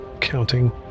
counting